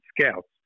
scouts